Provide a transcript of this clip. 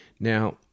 Now